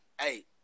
Hey